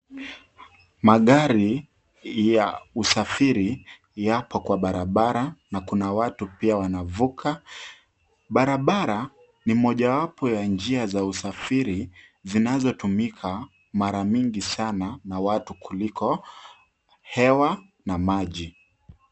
Magari ya usafiri yako kwa barabara, na kuna watu pia wanavuka barabara ni mojawapo ya njia za usafiri zinazotumiwa mara nyingi sana na watu, kuliko hewa na maji.